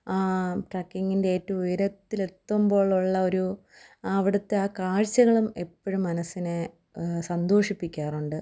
ട്രക്കിങ്ങിൻ്റെ ഏറ്റവും ഉയരത്തിൽ എത്തുമ്പോൾ ഉള്ള ഒരു അവിടുത്തെ ആ കാഴ്ചകളും എപ്പോഴും മനസ്സിനെ സന്തോഷിപ്പിക്കാറുണ്ട്